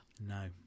No